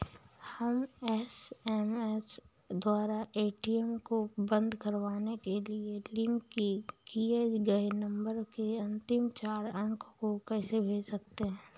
हम एस.एम.एस द्वारा ए.टी.एम को बंद करवाने के लिए लिंक किए गए नंबर के अंतिम चार अंक को कैसे भर सकते हैं?